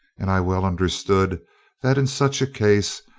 and i well understood that in such a case,